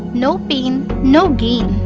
no pain, no gain.